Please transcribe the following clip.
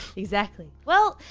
exactly. well,